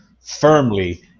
firmly